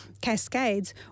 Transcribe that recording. cascades